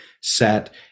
set